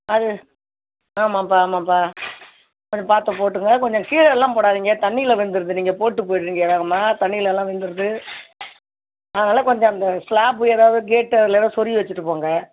அது ஆமாம்பா ஆமாம்பா கொஞ்சம் பார்த்து போட்டுருங்க கொஞ்சம் கீழேலாம் போடாதீங்க தண்ணியில் விழுந்துருது நீங்கள் போட்டு போயிட்றீங்க வேகமாக தண்ணிலெலாம் விழுந்துருது அதனால் கொஞ்சம் அந்த ஸ்லாபு ஏதாவது கேட்டு அதில் எதாது சொருவி வெச்சுட்டு போங்க